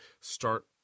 start